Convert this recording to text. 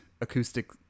acoustic